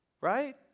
right